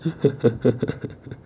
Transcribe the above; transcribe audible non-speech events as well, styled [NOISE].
[LAUGHS]